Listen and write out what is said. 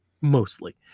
Mostly